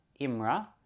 Imra